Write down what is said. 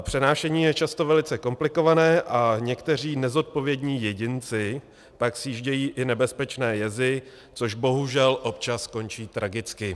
Přenášení je často velice komplikované a někteří nezodpovědní jedinci pak sjíždějí i nebezpečné jezy, což bohužel občas končí tragicky.